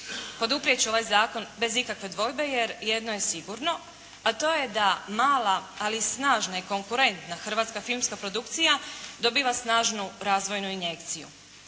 poduprijet ću ovaj zakon bez ikakve dvojbe, jer jedno je sigurno, a to je da mala ali snažna i konkurentna hrvatska filmska produkcija dobiva snažnu razvojnu injekciju.